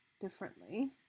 differently